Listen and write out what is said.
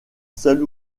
seul